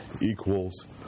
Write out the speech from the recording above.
equals